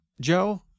Joe